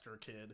kid